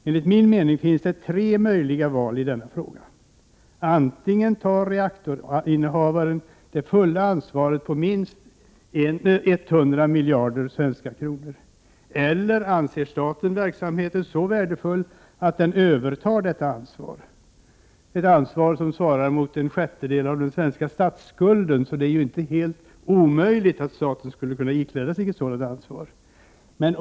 Enligt min mening finns det tre möjliga val när det gäller denna fråga. Antingen tar reaktorinnehavaren det fulla ansvaret på minst 100 miljarder svenska kronor, eller också anser staten verksamheten så värdefull att den 117 Prot. 1988/89: 104 övertar detta ansvar — ett ansvar som svarar mot en sjättedel av den svenska 26 april 1989 statsskulden, så det är ju inte helt omöjligt att staten skulle kunna ikläda sig SS GH ettsådant ansvar.